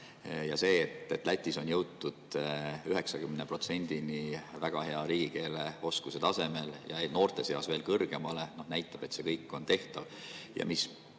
See, et Lätis on jõutud 90%-ni väga hea riigikeele oskuse tasemel ja noorte seas veel kõrgemale, näitab, et see kõik on tehtav.